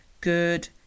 good